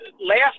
last